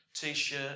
T-shirt